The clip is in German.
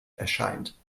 erscheint